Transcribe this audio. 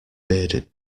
bearded